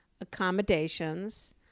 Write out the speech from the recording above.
accommodations